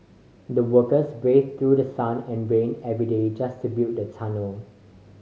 the workers braved through the sun and rain every day just to build the tunnel